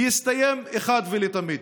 יסתיים אחת ולתמיד.